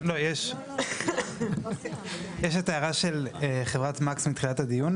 לא, יש את ההערה של חברת "מקס" מתחילת הדיון.